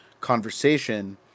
conversation